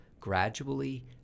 gradually